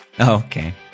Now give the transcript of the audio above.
Okay